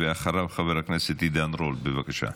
אחריו, חבר הכנסת עידן רול, בבקשה.